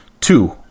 two